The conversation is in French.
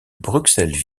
bruxelles